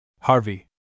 Harvey